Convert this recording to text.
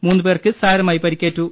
മൂന്ന് പേർക്ക് സാരമായി പരിക്കേറ്റു